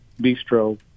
bistro